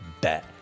Bet